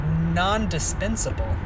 non-dispensable